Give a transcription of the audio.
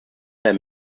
der